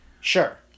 Sure